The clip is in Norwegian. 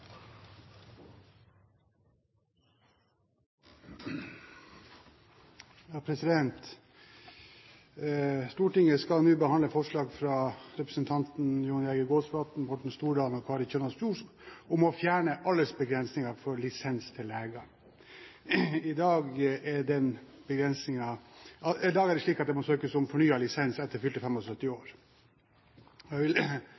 Stortinget skal nå behandle forslag fra representantene Jon Jæger Gåsvatn, Morten Stordalen og Kari Kjønaas Kjos om å fjerne aldersbegrensningen for lisens til leger. I dag er det slik at det må søkes om fornyet lisens etter fylte 75 år. Jeg forutsetter at forslagsstillerne vil